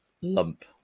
lump